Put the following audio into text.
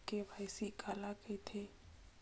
KYC काला कइथे?